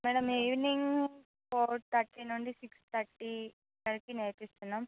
madam evening four thirty నుండి six thirty వరకు నేర్పిస్తున్నాం